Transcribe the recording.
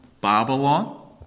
Babylon